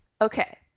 Okay